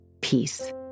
peace